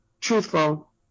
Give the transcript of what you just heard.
truthful